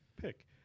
pick